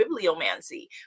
bibliomancy